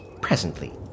presently